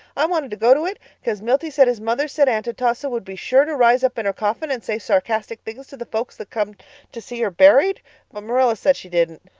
i wanted to go to it cause milty said his mother said aunt atossa would be sure to rise up in her coffin and say sarcastic things to the folks that come to see her buried. but marilla said she didn't.